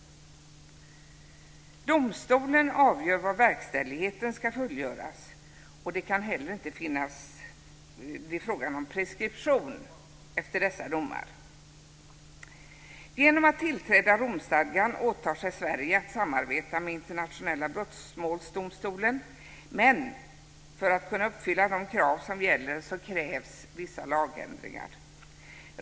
Domstolen avgör var verkställigheten ska fullgöras. Det kan heller inte bli fråga om preskription. Genom att tillträda Romstadgan åtar sig Sverige att samarbeta med Internationella brottmålsdomstolen, men för att man ska kunna uppfylla de krav som gäller krävs vissa lagändringar.